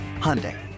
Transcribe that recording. Hyundai